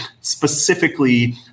specifically